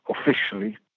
officially